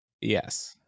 yes